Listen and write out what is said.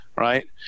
right